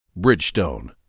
Bridgestone